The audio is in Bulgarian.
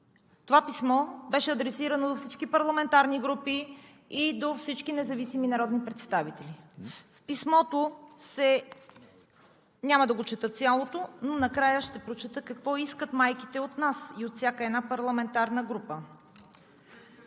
Това писмо беше адресирано до всички парламентарни групи и до всички независими народни представители. Няма да го чета цялото, но накрая ще прочета какво искат майките от нас и от всяка една парламентарна група.